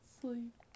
sleep